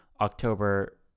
October